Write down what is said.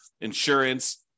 insurance